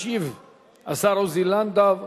ישיב השר עוזי לנדאו,